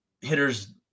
hitter's